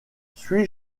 suis